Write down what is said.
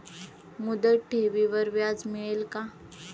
मुदत ठेवीवर व्याज मिळेल का?